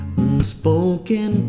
unspoken